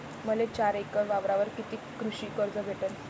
मले चार एकर वावरावर कितीक कृषी कर्ज भेटन?